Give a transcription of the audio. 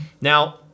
Now